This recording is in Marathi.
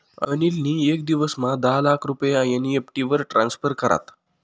अनिल नी येक दिवसमा दहा लाख रुपया एन.ई.एफ.टी वरी ट्रान्स्फर करात